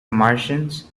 martians